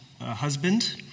husband